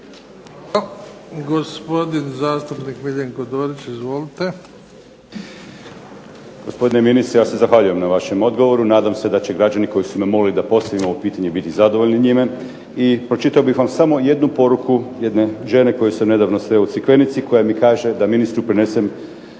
Gospodin zastupnik MIljenko Dorić. Izvolite. **Dorić, Miljenko (HNS)** Gospodine ministre ja se zahvaljujem vašem odgovoru, nadam se da će građani koji su me molili da postavim ovo pitanje biti zadovoljni njime i pročitao bih vam samo jednu poruku, jedne žene koju sam nedavno sreo u Crikvenici koja mi kaže da ministru prenesem